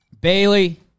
Bailey